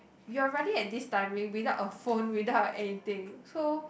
you are running at this timing without a phone without of anything so